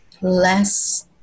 less